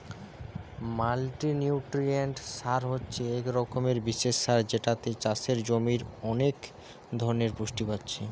multinutrient সার হচ্ছে এক রকমের বিশেষ সার যেটাতে চাষের জমির অনেক ধরণের পুষ্টি পাচ্ছে